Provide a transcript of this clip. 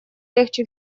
легче